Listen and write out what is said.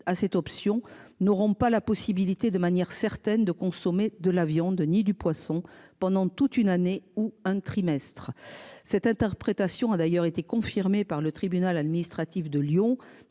à cette option n'auront pas la possibilité de manière certaine de consommer de la viande ni du poisson pendant toute une année ou un trimestre cette interprétation a d'ailleurs été confirmée par le tribunal administratif de Lyon